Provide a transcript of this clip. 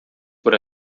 por